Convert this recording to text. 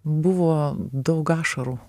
buvo daug ašarų